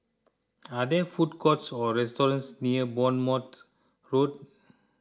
are there food courts or restaurants near Bournemouth Road